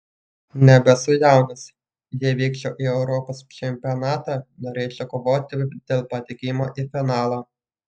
nebesu jaunas jei vykčiau į europos čempionatą norėčiau kovoti dėl patekimo į finalą